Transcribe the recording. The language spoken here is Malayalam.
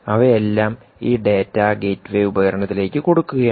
അവയെല്ലാം ഈ ഡാറ്റ ഗേറ്റ്വേ ഉപകരണത്തിലേക്ക് കൊടുക്കുകയാണ്